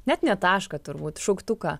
net ne tašką turbūt šauktuką